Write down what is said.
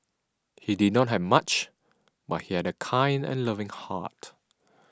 he did not have much but he had a kind and loving heart